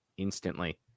Instantly